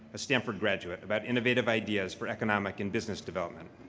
a stanford graduate, about innovative ideas for economic and business development.